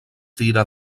tira